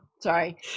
Sorry